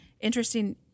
interesting